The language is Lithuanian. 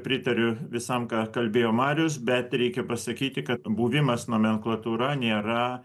pritariu visam ką kalbėjo marius bet reikia pasakyti kad buvimas nomenklatūra nėra